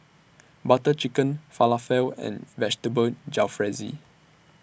Butter Chicken Falafel and Vegetable Jalfrezi